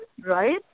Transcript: right